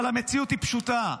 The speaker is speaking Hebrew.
אבל המציאות היא פשוטה: